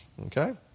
Okay